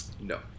No